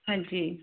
ਹਾਂਜੀ